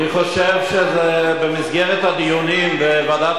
אני חושב שבמסגרת הדיונים בוועדת